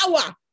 power